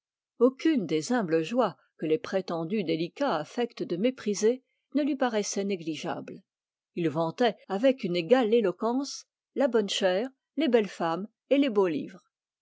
aucune des humbles joies que les prétendus délicats affectent de mépriser ne lui paraissait négligeable il vantait avec une égale éloquence la bonne chère les belles femmes et les beaux livres